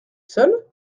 seul